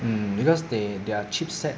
mm because they their cheap set